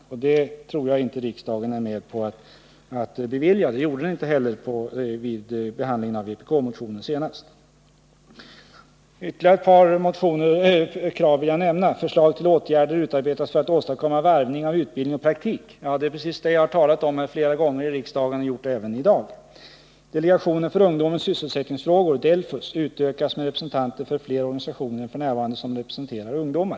Något sådant skulle jag inte tro att riksdagen vill ställa sig bakom, och det gjorde man inte heller när vpk-motionen behandlades. Ytterligare ett vpk-krav: Förslag till åtgärder utarbetas för att åstadkomma varvning av utbildning och praktik. Det är precis detta jag talat om så många gånger här i riksdagen, och jag har gjort det även i dag. Slutligen framförs kravet att Delegationen för ungdomens sysselsättningsfrågor, DELFUS, utökas med representanter för fler organisationer än f. n. som representerar ungdomen.